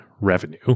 revenue